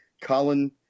Colin